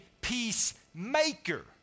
peacemaker